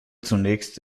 zunächst